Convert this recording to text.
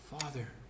father